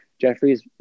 Jeffrey's